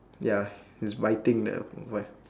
ya he's biting the